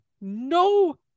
no